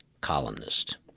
columnist